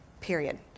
period